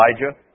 Elijah